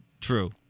True